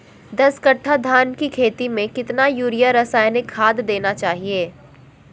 दस कट्टा धान की खेती में कितना यूरिया रासायनिक खाद देना चाहिए?